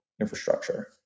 infrastructure